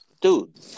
Dude